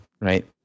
right